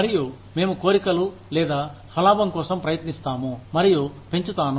మరియు మేము కోరికలు లేదా స్వలాభం కోసం ప్రయత్నిస్తాము మరియు పెంచుతాను